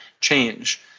change